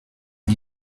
die